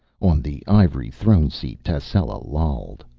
on the ivory throne-seat tascela lolled.